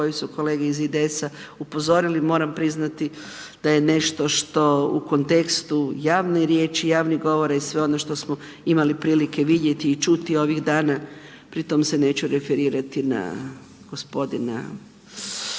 koju su kolege iz IDS-a upozorili, moram priznati da je nešto što u kontekstu javnih riječi, javnih govora i sve ono što smo imali prilike vidjeti i čuti ovih dana, pri tom se ne ću referirati na g.